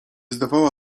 zdawała